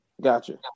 Gotcha